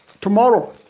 Tomorrow